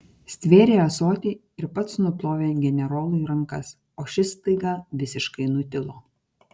stvėrė ąsotį ir pats nuplovė generolui rankas o šis staiga visiškai nutilo